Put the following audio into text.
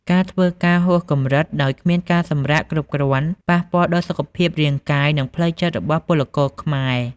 ការធ្វើការហួសកម្រិតដោយគ្មានការសម្រាកគ្រប់គ្រាន់ប៉ះពាល់ដល់សុខភាពរាងកាយ និងផ្លូវចិត្តរបស់ពលករខ្មែរ។